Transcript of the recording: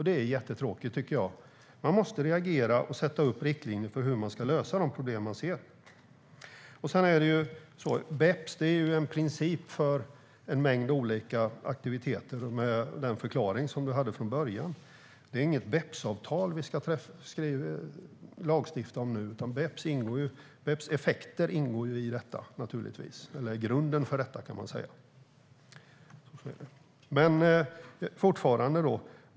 Det är jättetråkigt, tycker jag. Man måste reagera och sätta upp riktlinjer för hur man ska lösa de problem man ser. BEPS är en princip för en mängd olika aktiviteter med den förklaring som Sara Karlsson hade från början. Det är inget BEPS-avtal vi ska lagstifta om nu, utan effekterna av BEPS är grunden för detta.